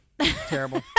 terrible